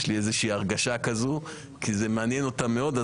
יש לי איזו הרגשה כזאת כי זה מעניין אותם מאוד.